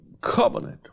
covenant